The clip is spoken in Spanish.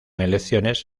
elecciones